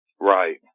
Right